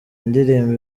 indirimbo